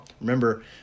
Remember